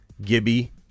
Gibby